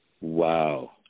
Wow